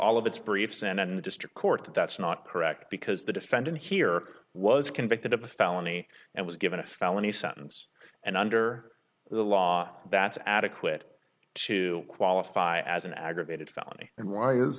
all of its briefs and the district court that's not correct because the defendant here was convicted of a felony and was given a felony sentence and under the law that's adequate to qualify as an aggravated felony and why is